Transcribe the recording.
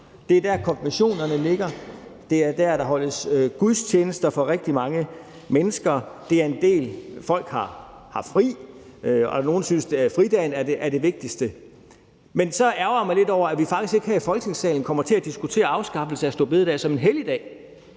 Det er der, konfirmationerne ligger. Det er der, der holdes gudstjenester for rigtig mange mennesker. Det er en dag, hvor folk har fri, og nogle synes, at fridagen er det vigtigste. Men så ærgrer jeg mig lidt over, at vi faktisk ikke her i Folketingssalen kommer til at diskutere afskaffelsen af store bededag som en helligdag.